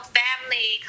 family